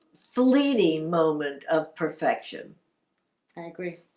fleeting moment of perfection angry